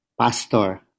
pastor